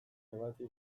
ebatzi